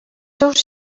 seus